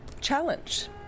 challenge